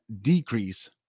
decrease